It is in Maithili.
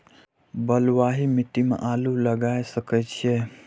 बलवाही मिट्टी में आलू लागय सके छीये?